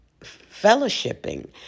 fellowshipping